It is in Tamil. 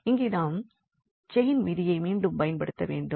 இங்கே நாம் செயின் விதியை மீண்டும் பயன்படுத்த வேண்டும்